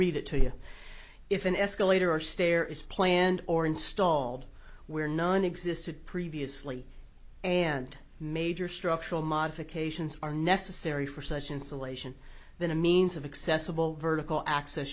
read it to you if an escalator or stair is planned or installed where none existed previously and major structural modifications are necessary for such installation than a means of accessible vertical access